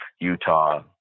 Utah